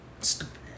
Stupid